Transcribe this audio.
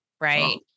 right